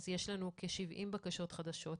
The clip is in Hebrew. יש לנו כ-70 בקשות חדשות,